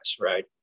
right